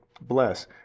bless